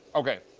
okay.